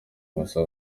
gusa